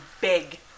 big